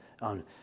on